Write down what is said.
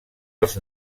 els